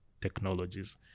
technologies